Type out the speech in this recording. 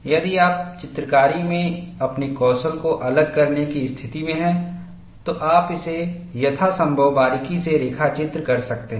यदि आप चित्रकारी में अपने कौशल को अलग करने की स्थिति में हैं तो आप इसे यथासंभव बारीकी से रेखा चित्र कर सकते हैं